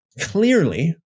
clearly